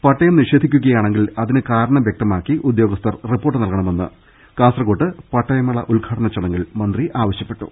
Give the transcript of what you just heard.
പട്ടയം നിഷേധിക്കുകയാണെങ്കിൽ അതിന് കാരണം വ്യക്തമാക്കി ഉദ്യോ ഗസ്ഥർ റിപ്പോർട്ട് നൽകണമെന്ന് കാസർകോട്ട് പട്ടയ മേള ഉദ്ഘാട ചടങ്ങിൽ മന്ത്രി ആവശ്യപ്പെട്ടു